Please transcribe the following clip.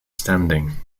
standing